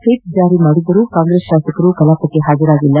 whip ಜಾರಿ ಮಾಡಿದ್ದರೂ ಕಾಂಗ್ರೆಸ್ ಶಾಸಕರು ಕಲಾಪಕ್ಕೆ ಹಾಜರಾಗಿಲ್ಲ